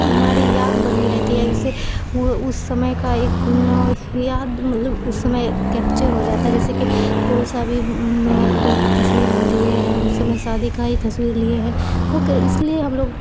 ہماری یاد بنی رہتی ہے اس سے اس سمے کا ایک یاد مطلب اس سمے کیپچر ہو جاتا ہے جیسے کہ کوئی سا بھی کوئی تصویر ہم لیے ہیں اس سمے شادی کا ہی تصویر لیے ہیں وہ اس لیے ہم لوگ